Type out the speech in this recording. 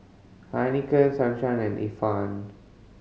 Heinekein Sunshine and Ifan